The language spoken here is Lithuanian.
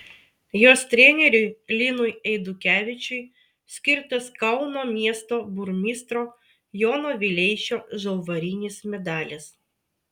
jos treneriui linui eidukevičiui skirtas kauno miesto burmistro jono vileišio žalvarinis medalis